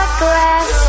glass